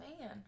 man